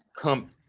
come